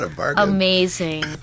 amazing